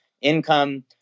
income